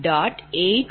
48320